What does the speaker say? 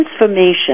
transformation